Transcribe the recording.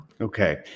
Okay